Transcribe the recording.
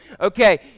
Okay